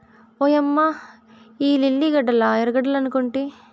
ఓయమ్మ ఇయ్యి లిల్లీ గడ్డలా ఎర్రగడ్డలనుకొంటి